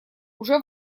уже